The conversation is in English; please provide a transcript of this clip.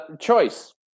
Choice